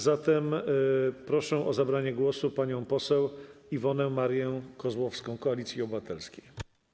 Zatem proszę o zabranie głosu panią poseł Iwonę Marię Kozłowską, Koalicja Obywatelska.